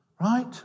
Right